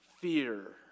fear